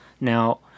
Now